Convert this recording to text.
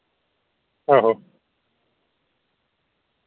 आहो